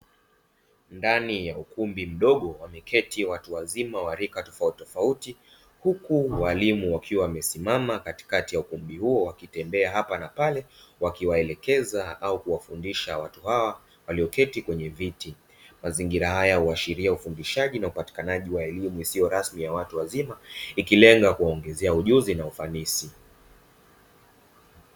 Ndani ya ukumbi mdogo wameketi watu wazima wa rika tofauti, huku walimu wakiwa wamesimama katikati ya ukumbi huo, wakitembea hapa na pale wakiwaelekeza au kuwafundisha watu hawa walioketi kwenye viti. Mazingira haya huashiria ufundishaji na upatikanaji wa elimu isiyo rasmi kwa watu wazima, ikilenga kuongeza ujuzi na ufanisi.